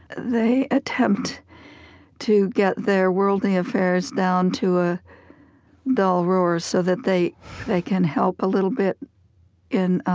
they attempt to get their worldly affairs down to a dull roar so that they they can help a little bit in